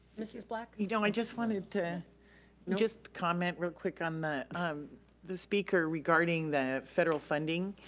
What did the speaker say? mrs. black? you know, i just wanted to just comment real quick on the speaker regarding the federal funding.